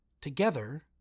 Together